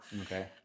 Okay